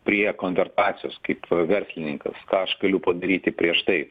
prie konservacijos kaip verslininkas ką aš galiu padaryti prieš tai